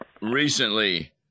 Recently